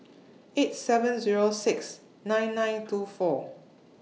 eight seven Zero six nine nine two four